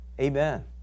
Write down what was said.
amen